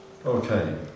Okay